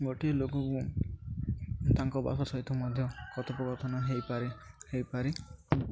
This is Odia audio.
ଗୋଟିଏ ଲୋକଙ୍କୁ ତାଙ୍କ ଭାଷା ସହିତ ମଧ୍ୟ କଥୋପକଥନ ହେଇପାରେ ହେଇପାରି